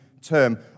term